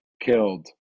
killed